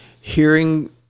hearing